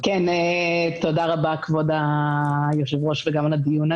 --- תודה רבה, כבוד היושב-ראש, גם על הדיון.